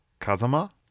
Kazama